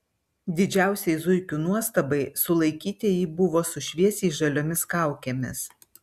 didžiausiai zuikių nuostabai sulaikytieji buvo su šviesiai žaliomis kaukėmis